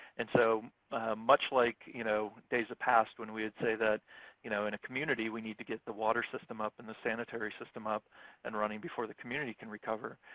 and so much like you know days of past when we would say that you know in a community we need to get the water system up and the sanitary system up and running before the community can recover,